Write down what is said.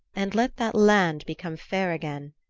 and let that land become fair again,